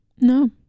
No